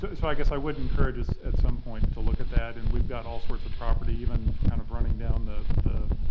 so i guess i would encourage us at some point to look at that and we've got all sorts of property even kind of running down the the